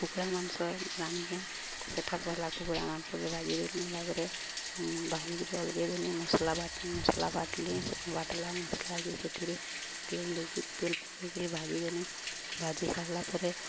କୁକୁଡ଼ା ମାଂସ ରାନ୍ଧିଛେଁ ସେଇଠା ପଲା କୁକୁଡ଼ା ମାଂସକେ ଭାଜି ଦେଲି ତା'ପରେ ଭାଜିିକି ହଳଦୀ ଦେଲି ମସଲା ମସଲା ବାଟଲି ବାଟଲା ମସଲାକ ସେଥିରେ ତେଲ୍ ଦେଇକିରି ତେଲ୍ ପକେଇକିରି ଭାଜି ଦେଲି ଭାଜି ସାରିଲା ପରେ